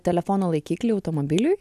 telefono laikiklį automobiliui